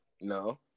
No